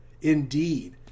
Indeed